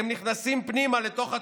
נכנסים פנימה לתוך התוכנית,